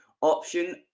option